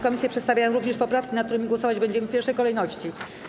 Komisje przedstawiają również poprawki, nad którymi głosować będziemy w pierwszej kolejności.